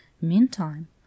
Meantime